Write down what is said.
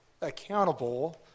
accountable